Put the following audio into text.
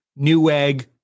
Newegg